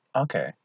Okay